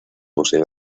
posee